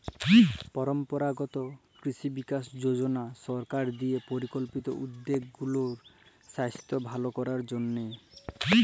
পরম্পরাগত কিসি বিকাস যজলা সরকার দিঁয়ে পরিকল্পিত উদ্যগ উগলার সাইস্থ্য ভাল করার জ্যনহে